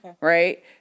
right